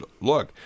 look